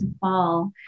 fall